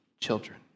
children